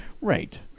right